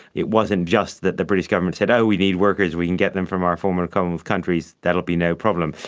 it wasn't just that the british government said, oh, we need workers, we can get them from our former commonwealth countries, that will be no problem.